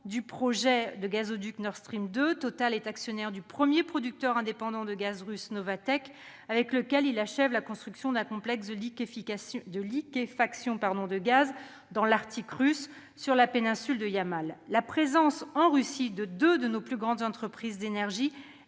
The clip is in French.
du projet de gazoduc Nord Stream 2 ; Total est actionnaire du premier producteur indépendant de gaz russe, Novatek, avec lequel il achève la construction d'un complexe de liquéfaction de gaz dans l'Arctique russe, sur la péninsule de Yamal. La présence en Russie de deux de nos plus grandes entreprises d'énergie